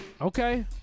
okay